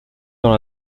dans